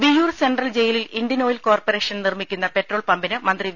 Viyyur central ജയിലിൽ Indian oil corporation നിർമ്മിക്കുന്ന petrol പമ്പിന് മന്ത്രി വി